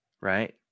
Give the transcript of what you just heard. right